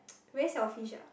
very selfish ah